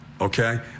okay